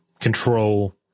control